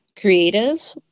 creative